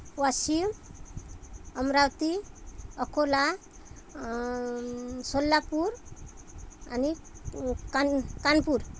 वाशीम अमरावती अकोला सोलापूर आणि कान कानपूर